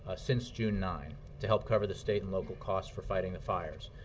ah since june nine, to help cover the state and local costs for fighting the fires.